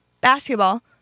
basketball